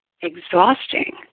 exhausting